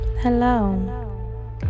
Hello